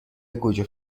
گوجه